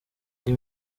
iyi